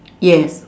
yes